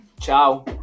Ciao